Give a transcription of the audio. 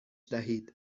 دهید